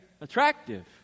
attractive